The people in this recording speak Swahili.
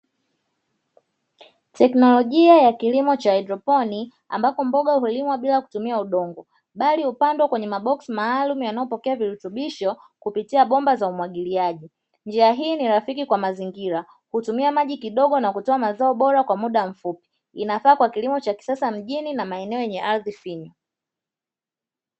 Teknolojia ya kilimo cha haidroponi ambapo mboga hulimwa bila kutumia udongo, bali hupandwa kwenye maboksi maalum yanayopokea virutubisho kupitia bomba za umwagiliaji, njia hii ni rafiki kwa mazingira hutumia maji kidogo na kutoa mazao bora kwa muda mfupi, inafaa kwa kilimo cha kisasa mjini na maeneo yenye ardhi ndogo.